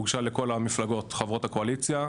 הוגשה לכל המפלגות חברות הקואליציה.